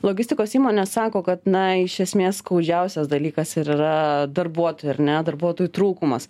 logistikos įmonės sako kad na iš esmės skaudžiausias dalykas ir yra darbuotojų ar ne darbuotojų trūkumas